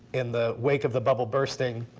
in the wake of the bubble bursting,